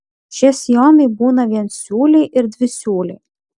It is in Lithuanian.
šie sijonai būna viensiūliai ir dvisiūliai